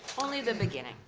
only the beginning.